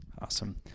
Awesome